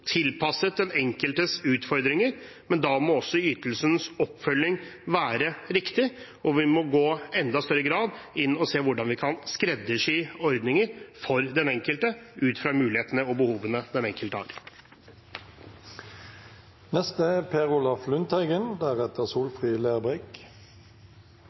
tilpasset den enkeltes utfordringer, men da må også ytelsens oppfølging være riktig, og vi må i enda større grad se på hvordan vi kan skreddersy ordninger for den enkelte, ut fra mulighetene og behovene den enkelte